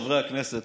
חבריי הכנסת,